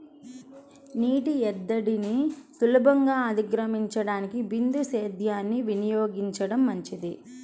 నీటి ఎద్దడిని సులభంగా అధిగమించడానికి బిందు సేద్యాన్ని వినియోగించడం మంచిది